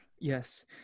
yes